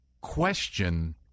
question